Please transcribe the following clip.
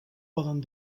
poden